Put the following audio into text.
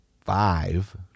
five